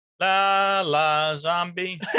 La-la-zombie